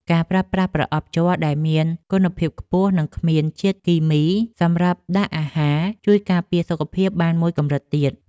ការប្រើប្រាស់ប្រអប់ជ័រដែលមានគុណភាពខ្ពស់និងគ្មានជាតិគីមីសម្រាប់ដាក់អាហារ ជួយការពារសុខភាពបានមួយកម្រិតទៀត។